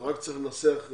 רק צריך לנסח,